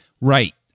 right